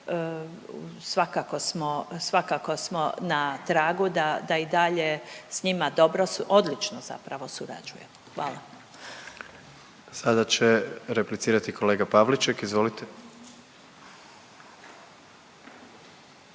svakako smo na tragu da i dalje s njima dobro, odlično zapravo surađujemo. Hvala. **Jandroković, Gordan (HDZ)** Sada će replicirati kolega Pavliček. Izvolite.